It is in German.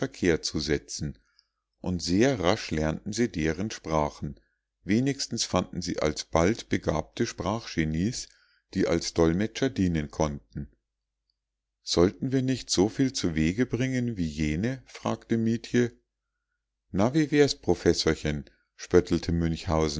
zu setzen und sehr rasch lernten sie deren sprachen wenigstens fanden sich alsbald begabte sprachgenies die als dolmetscher dienen konnten sollten wir nicht so viel zu wege bringen wie jene fragte mietje na wie wär's professorchen spöttelte